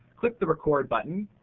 click the record button.